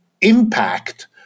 impact